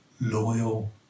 loyal